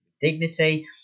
dignity